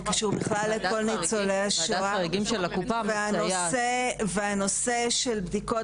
זה קשור בכלל לכל ניצולי השואה והנושא של בדיקות